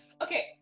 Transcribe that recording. okay